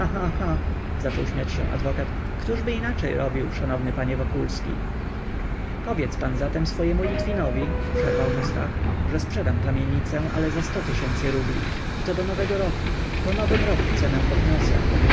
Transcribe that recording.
hę zaczął śmiać się adwokat któżby inaczej robił szanowny panie wokulski powiedz pan zatem swojemu litwinowi przerwał mu stach że sprzedam kamienicę ale za sto tysięcy rubli i to do nowego roku po nowym roku cenę podniosę